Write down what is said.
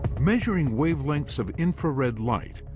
measuring wavelengths of infrared light,